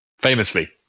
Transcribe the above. Famously